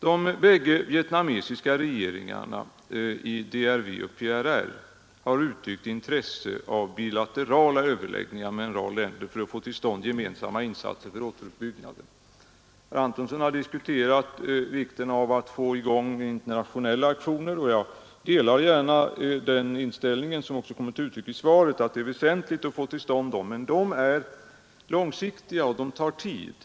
De bägge vietnamesiska regeringarna i DRV och PRR har uttryckt intresse av bilaterala överläggningar med en rad länder för att få till stånd gemensamma insatser för återuppbyggnaden. Herr Antonsson har tagit upp vikten av att få i gång internationella aktioner, och jag delar gärna den inställning som också kommit till uttryck i svaret att det är väsentligt att sådana aktioner genomförs. Men de är långsiktiga och de tar tid.